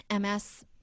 ms